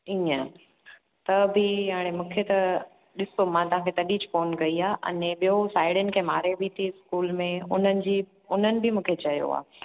ईअं त बि हाणे मूंखे त ॾिसो मां तव्हांखे तॾीच फोन कई आहे अने साहेड़ियुनि खे मारे बि थी स्कूल में हुननि जी उन्हनि बि मूंखे चयो आहे